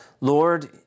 Lord